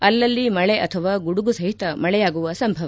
ಅಲ್ಲಲ್ಲಿ ಮಳೆ ಅಥವಾ ಗುಡುಗು ಸಹಿತ ಮಳೆಯಾಗುವ ಸಂಭವ